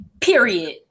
Period